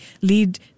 lead